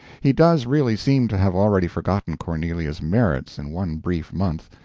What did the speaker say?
he does really seem to have already forgotten cornelia's merits in one brief month,